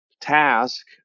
task